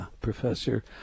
Professor